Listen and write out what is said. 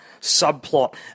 subplot